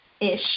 ish